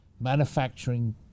manufacturing